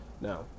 now